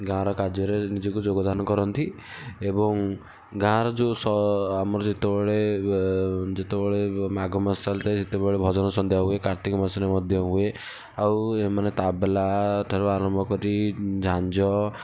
ଗାଁର କାର୍ଯ୍ୟରେ ନିଜକୁ ଯୋଗଦାନ କରନ୍ତି ଏବଂ ଗାଁର ଯେଉଁ ଆମର ଯେତେବେଳେ ଏ ଯେତେବେଳେ ମାଘ ମାସ ଚାଲିଥାଏ ସେତେବେଳେ ଭଜନ ସନ୍ଧ୍ୟା ହୁଏ କାର୍ତ୍ତିକ ମାସରେ ମଧ୍ୟ ହୁଏ ଆଉ ଏମାନେ ତାବଲା ଠାରୁ ଆରମ୍ଭ କରି ଝାଞ୍ଜ